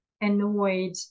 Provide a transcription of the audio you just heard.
annoyed